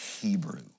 Hebrew